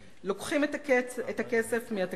לוקחים את הכסף ממשרד החינוך,